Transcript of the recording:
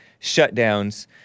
shutdowns